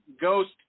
ghost